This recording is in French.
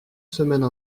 semaine